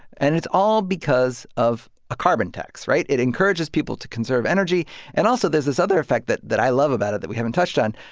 and it's all because of a carbon tax, right? it encourages people to conserve energy and also, there's this other effect that that i love about it that we haven't touched on.